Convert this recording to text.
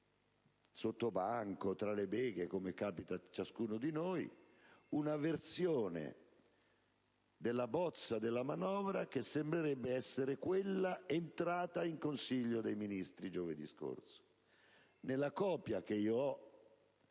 sottobanco e tra le beghe, come capita a ciascuno di noi - una versione della bozza della manovra che sembrerebbe essere quella entrata in Consiglio dei Ministri giovedì scorso. Nella copia che ho,